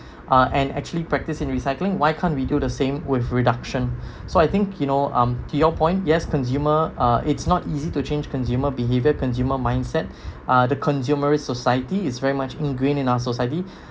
uh and actually practice in recycling why can't we do the same with reduction so I think you know um to your point yes consumer uh it's not easy to change consumer behavior consumer mindset uh the consumerist society is very much ingrained in our society